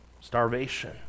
starvation